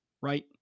right